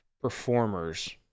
performers